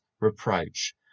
reproach